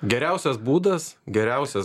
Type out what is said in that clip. geriausias būdas geriausias